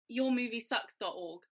yourmoviesucks.org